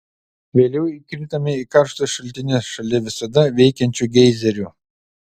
vėliau įkritome į karštus šaltinius šalia visada veikiančių geizerių